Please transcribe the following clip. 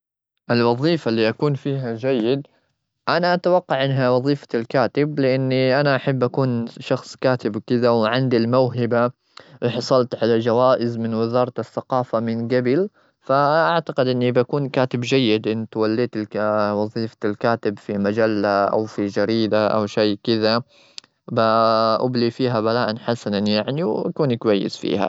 الوظيفة اللي أكون فيها جيد، أنا أتوقع إنها وظيفة الكاتب. لأني أنا أحب أكون شخص كاتب وكذا، وعندي الموهبة. وحصلت على جوائز من وزارة الثقافة من جبل. فأعتقد إني بكون كاتب جيد إن توليت الك-وظيفة الكتاب في مجلة أو في جريدة أو شيء كذا. بأبلي فيها بلاء حسنا، يعني، وكوني كويس فيها.